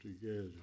together